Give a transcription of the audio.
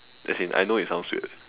as in I know it sounds weird